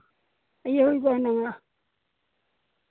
ᱤᱭᱟᱹ ᱦᱩᱭ ᱠᱚᱜᱼᱟ ᱦᱩᱱᱟᱹᱝ